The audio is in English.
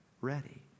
ready